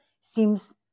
seems